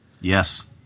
Yes